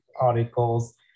articles